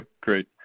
great